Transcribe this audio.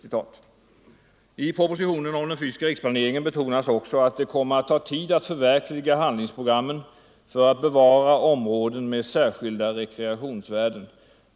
I propositionen om den fysiska riksplaneringen betonas också att det kommer att ta tid att förverkliga handlingsprogrammen för att bevara områden med särskilda rekreationsvärden.